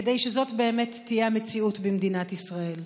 כדי שזאת באמת תהיה המציאות במדינת ישראל.